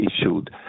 issued